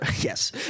yes